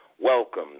welcome